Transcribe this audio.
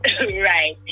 right